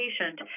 patient